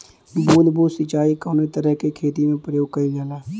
बूंद बूंद सिंचाई कवने तरह के खेती में प्रयोग कइलजाला?